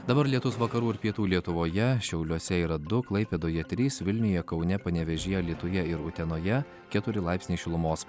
dabar lietus vakarų ir pietų lietuvoje šiauliuose yra du klaipėdoje trys vilniuje kaune panevėžyje alytuje ir utenoje keturi laipsniai šilumos